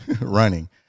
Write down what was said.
Running